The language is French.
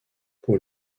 pour